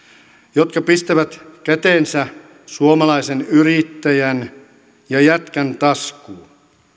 jotka pistävät kätensä suomalaisen yrittäjän ja jätkän taskuun